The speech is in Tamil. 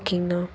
ஓகேங்கண்ணா